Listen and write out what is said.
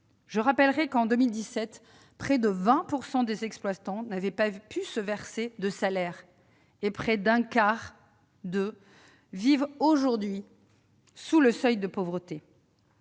Je rappellerai que, en 2017, près de 20 % des exploitants n'avaient pu se verser de salaire, et près d'un quart d'entre eux vit aujourd'hui sous le seuil de pauvreté.